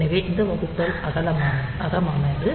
எனவே இந்த வகுத்தல் அகமானது